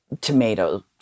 tomatoes